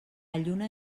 lluna